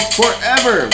forever